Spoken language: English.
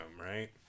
right